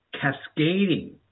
cascading